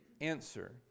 answer